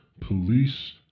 Police